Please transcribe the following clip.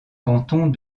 cantons